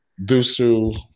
Dusu